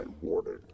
warning